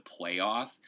playoff